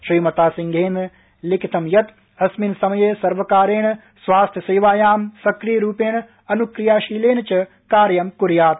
श्रीमता सिंहप्त लिखितं यत् अस्मिन् समयासर्वकारण स्वास्थ्य सव्रायां सक्रिय रूपण अनुक्रियाशीलेन च कार्यं कुर्यात्